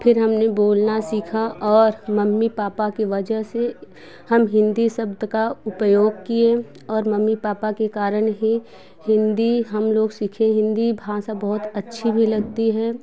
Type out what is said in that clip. फिर हमने बोलना सीखा और मम्मी पापा की वजह से हम हिंदी शब्द का उपयोग किये और मम्मी पापा के कारण ही हिंदी हम लोग सीखे हिंदी भाषा बहुत अच्छी भी लगती है